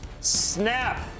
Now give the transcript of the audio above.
Snap